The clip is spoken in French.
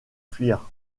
fuir